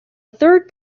third